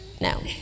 No